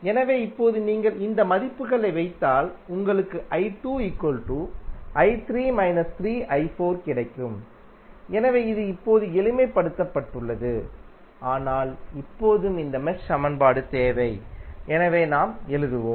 எனவே இப்போது நீங்கள் இந்த மதிப்புகளை வைத்தால் உங்களுக்கு கிடைக்கும் எனவே இது இப்போது எளிமைப்படுத்தப்பட்டுள்ளது ஆனால் இப்போதும் இந்த மெஷ் சமன்பாடு தேவை எனவே நாம் என்ன எழுதுவோம்